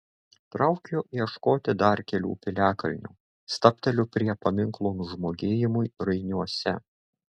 traukiu ieškoti dar kelių piliakalnių stabteliu prie paminklo nužmogėjimui rainiuose